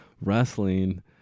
wrestling